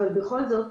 אבל בכל זאת,